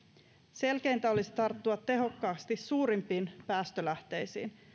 selkeintä olisi tarttua tehokkaasti suurimpiin päästölähteisiin